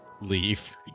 leave